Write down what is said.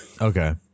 Okay